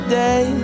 day